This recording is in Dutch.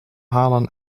halen